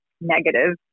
negative